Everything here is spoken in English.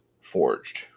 forged